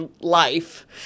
life